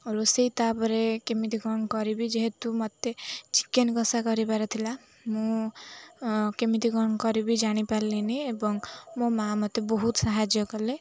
ରୋଷେଇ ତାପରେ କେମିତି କ'ଣ କରିବି ଯେହେତୁ ମୋତେ ଚିକେନ୍ କଷା କରିବାର ଥିଲା ମୁଁ କେମିତି କ'ଣ କରିବି ଜାଣିପାରିଲିନି ଏବଂ ମୋ ମାଆ ମୋତେ ବହୁତ ସାହାଯ୍ୟ କଲେ